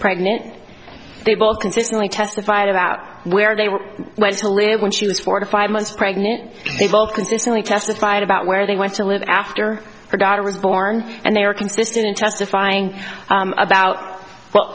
pregnant they both consistently testified about where they were mycelium when she was four to five months pregnant they both consistently testified about where they went to live after her daughter was born and they are consistent in testifying about w